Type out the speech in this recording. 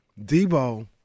Debo